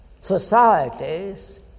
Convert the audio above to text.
societies